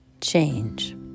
change